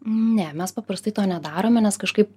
ne mes paprastai to nedarome nes kažkaip